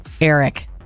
Eric